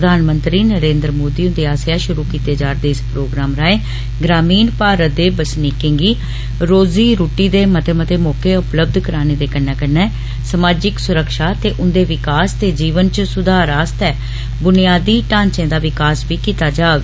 प्रधानमंत्री नरेन्द्र मोदी हुन्दे आस्सेआ शुरु कीते जारदे इस प्रोग्राम रांहें ग्रामीण भारत दे बसनीकें गी रोजी रुट्टी दे मते मते मौके उपलब्ध कराने दे कन्नै कन्नै समाजिक सुरक्षा ते उन्दे विकास ते जीवन च सुधार आस्तै ब्रुनियादी ढांचें दा विकास बी कीता जाह्ग